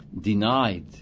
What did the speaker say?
denied